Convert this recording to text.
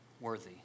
worthy